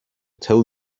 tell